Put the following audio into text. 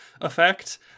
effect